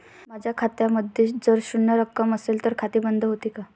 माझ्या खात्यामध्ये जर शून्य रक्कम असेल तर खाते बंद होते का?